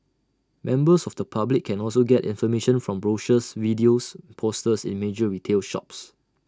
members of the public can also get information from brochures videos and posters in major retail shops